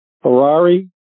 Ferrari